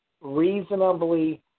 reasonably